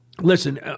listen